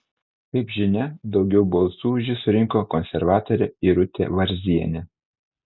kaip žinia daugiau balsų už jį surinko konservatorė irutė varzienė